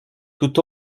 tout